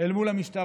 אל מול המשטרה.